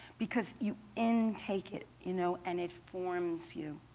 because you intake it, you know and it forms you.